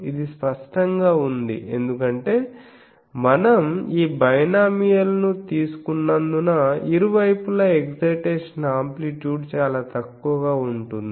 ఇది స్పష్టంగా ఉంది ఎందుకంటే మనం ఈ బైనామియల్ ను తీసుకుంటున్నందున ఇరువైపులా ఎక్సైటేషన్ ఆంప్లిట్యూడ్ చాలా తక్కువగా ఉంటుంది